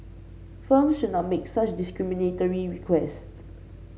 firms should not make such discriminatory requests